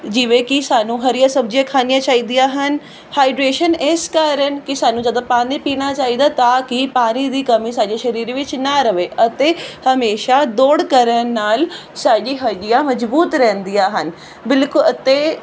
ਜਿਵੇਂ ਕੀ ਸਾਨੂੰ ਹਰੀਆਂ ਸਬਜ਼ੀਆਂ ਖਾਣੀਆਂ ਚਾਹੀਦੀਆਂ ਹਨ ਹਾਈਡਰੇਸ਼ਨ ਇਸ ਕਾਰਨ ਕਿ ਸਾਨੂੰ ਜਦੋਂ ਪਾਣੀ ਪੀਣਾ ਚਾਹੀਦਾ ਤਾਂ ਕੀ ਪਾਣੀ ਦੀ ਕਮੀ ਸਾਡੇ ਸਰੀਰ ਵਿੱਚ ਨਾ ਰਵੇ ਅਤੇ ਹਮੇਸ਼ਾ ਦੌੜ ਕਰਨ ਨਾਲ ਸਾਡੀ ਹੱਡੀਆਂ ਮਜਬੂਤ ਰਹਿੰਦੀਆਂ ਹਨ ਬਿਲਕੁਲ